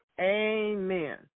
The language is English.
Amen